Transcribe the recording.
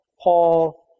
Paul